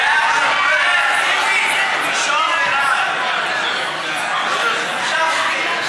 ההצעה להעביר את הצעת חוק התקציב לשנות הכספים 2017